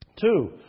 Two